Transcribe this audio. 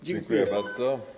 Dziękuję bardzo.